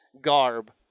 garb